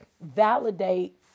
validate